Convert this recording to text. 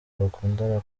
bakundana